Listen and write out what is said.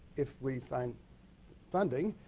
if we find funding,